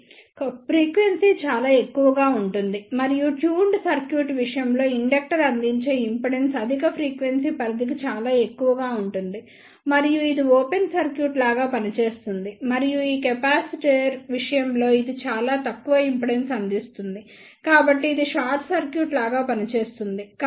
కాబట్టి ఫ్రీక్వెన్సీ చాలా ఎక్కువగా ఉంటుంది మరియు ట్యూన్డ్ సర్క్యూట్ విషయంలో ఇండక్టర్ అందించే ఇంపిడెన్స్ అధిక ఫ్రీక్వెన్సీ పరిధికి చాలా ఎక్కువగా ఉంటుంది మరియు ఇది ఓపెన్ సర్క్యూట్ లాగా పనిచేస్తుంది మరియు కెపాసిటర్ విషయంలో ఇది చాలా తక్కువ ఇంపిడెన్స్ను అందిస్తుంది కాబట్టి ఇది షార్ట్ సర్క్యూట్ లాగా పనిచేస్తుంది